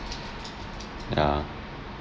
ya